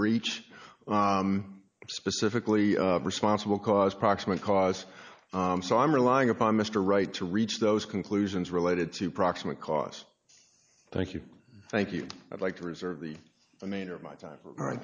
breach specifically responsible cause proximate cause so i'm relying upon mr right to reach those conclusions related to proximate cause thank you thank you i'd like to reserve the remainder of my time